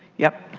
yep.